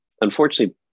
unfortunately